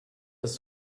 dass